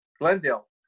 glendale